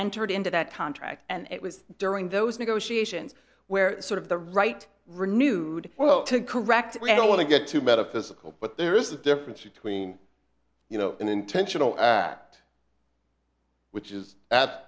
entered into that contract and it was during those negotiations where sort of the right renewed well to correct we don't want to get too metaphysical but there is a difference between you know an intentional act which is